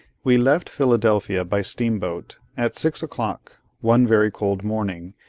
we left philadelphia by steamboat, at six o'clock one very cold morning,